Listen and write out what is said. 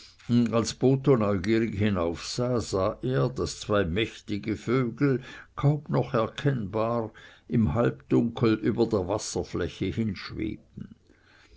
als botho neugierig hinaufsah sah er daß zwei mächtige vögel kaum noch erkennbar im halbdunkel über der wasserfläche hinschwebten